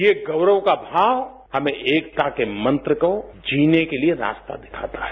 ये गौरव का भाव हमें एकता के मंत्र को जीने के लिए रास्ता दिखाता है